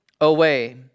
away